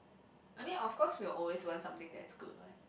I mean of course we will always want something that is good what